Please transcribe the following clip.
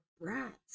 brats